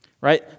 right